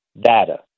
data